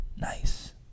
nice